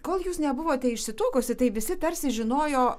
kol jūs nebuvote išsituokusi tai visi tarsi žinojo